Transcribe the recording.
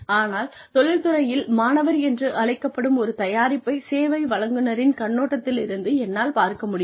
ஆனால் தொழில் துறையில் 'மாணவர்' என்று அழைக்கப்படும் ஒரு தயாரிப்பைச் சேவை வழங்குநரின் கண்ணோட்டத்திலிருந்து என்னால் பார்க்க முடியும்